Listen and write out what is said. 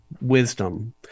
wisdom